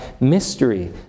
mystery